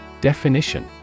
Definition